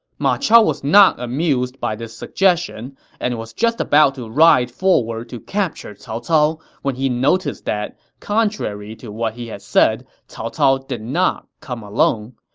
ma chao was not amused by this suggestion and was just about to ride forward to capture cao cao when he noticed that, contrary to what he had said, cao cao did not come alone.